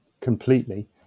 completely